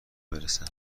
برسن